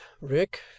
Rick